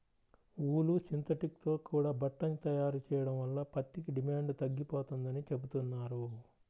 ఊలు, synthetic తో కూడా బట్టని తయారు చెయ్యడం వల్ల పత్తికి డిమాండు తగ్గిపోతందని చెబుతున్నారు